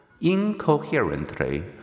incoherently